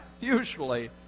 usually